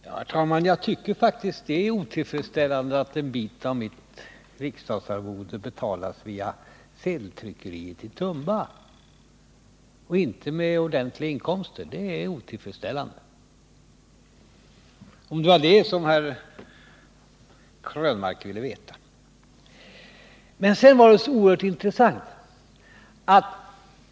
Herr talman! Jag tycker faktiskt det är otillfredsställande att en del av mitt riksdagsarvode betalas via sedeltryckeriet i Tumba och inte via ordentliga inkomster, om det nu var det som Eric Krönmark ville veta.